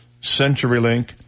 CenturyLink